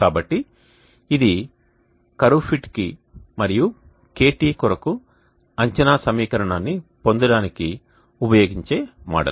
కాబట్టి ఇది కర్వ్ ఫిట్కి మరియు KT కొరకు అంచనా సమీకరణాన్ని పొందడానికి ఉపయోగించే మోడల్